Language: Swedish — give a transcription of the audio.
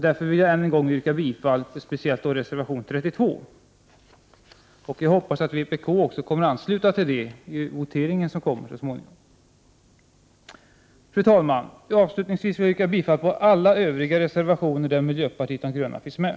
Därför vill jag än en gång yrka bifall speciellt till reservation 32. Jag hoppas att vpk också kommer att ansluta sig till den vid den kommande voteringen. Fru talman! Jag vill avslutningsvis yrka bifall till alla övriga reservationer där miljöpartiet de gröna finns med.